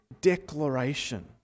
declaration